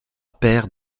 père